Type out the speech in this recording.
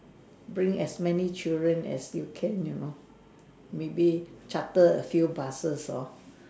bring as many children as you can you know maybe charter a few buses or